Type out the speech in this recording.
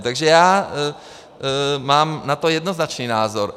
Takže já mám na to jednoznačný názor.